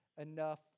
enough